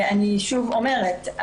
ואני שוב אומרת,